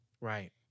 Right